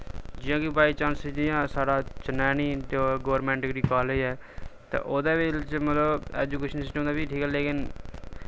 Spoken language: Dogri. जि'यां कि वायचांस जि'यां साढ़ा चनैनी गौंरमैंट डिग्री कालेज ऐ ते ओह्दे बिच मतलब ऐजुकेशन सिस्टम दा बी ठीक ऐ लेकिन